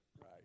right